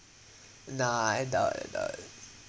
nah I doubt doubt